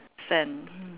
sand